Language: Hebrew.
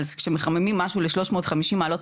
אבל שמחממים משהו ל-350 מעלות,